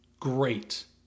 great